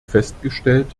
festgestellt